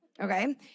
okay